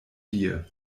dir